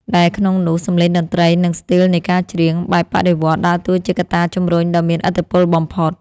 ដែលក្នុងនោះ សម្លេងតន្ត្រី និង ស្ទីលនៃការច្រៀង បែបបដិវត្តន៍ដើរតួជាកត្តាជម្រុញដ៏មានឥទ្ធិពលបំផុត។